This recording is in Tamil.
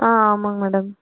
ஆ ஆமாங்க மேடம்